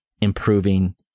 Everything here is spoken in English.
improving